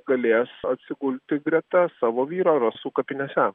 galės atsigulti greta savo vyro rasų kapinėse